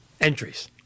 entries